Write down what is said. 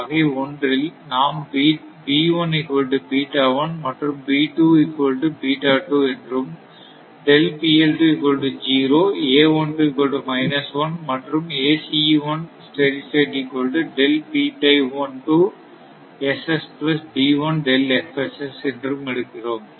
வகை ஒன்றில் நாம் மற்றும் என்றும் மற்றும் என்றும் எடுக்கிறோம்